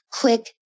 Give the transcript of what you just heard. quick